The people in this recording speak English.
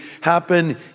happen